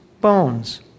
bones